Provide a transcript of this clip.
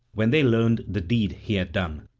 when they learned the deed he had done.